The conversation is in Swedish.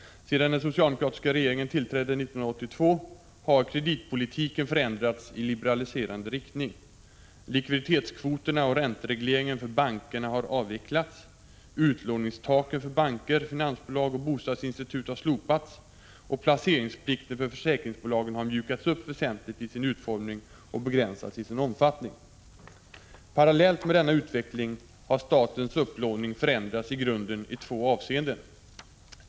Sedan den socialdemokratiska regeringen tillträdde 1982 har kreditpolitiken förändrats i liberaliserande riktning. Likviditetskvoterna och ränteregleringen för bankerna har avvecklats, utlåningstaken för banker, finansbolag och bostadsinstitut har slopats och placeringsplikten för försäkringsbolagen har mjukats upp väsentligt i sin utformning och begränsats i omfattning. Parallellt med denna utveckling har statens upplåning förändrats i grunden itvå avseenden.